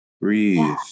breathe